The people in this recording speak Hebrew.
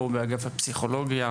או באגף הפסיכולוגיה,